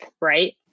Right